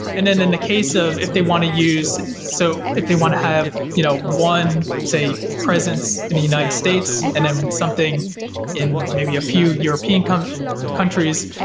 and then in the case of if they want to use so if they want to have you know one, say presence in the united states and then something in maybe a few european countries,